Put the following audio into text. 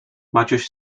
maciuś